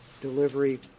delivery